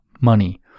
money